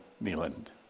Neeland